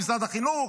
משרד החינוך,